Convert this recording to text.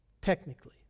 technically